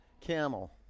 Camel